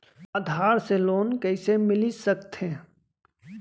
आधार से लोन कइसे मिलिस सकथे?